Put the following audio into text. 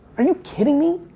are you kidding me?